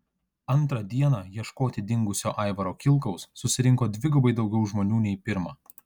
antrą dieną ieškoti dingusio aivaro kilkaus susirinko dvigubai daugiau žmonių nei pirmą